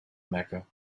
mecca